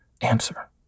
answer